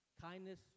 kindness